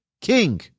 king